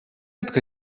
être